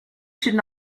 should